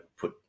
put